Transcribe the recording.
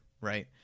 right